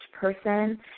person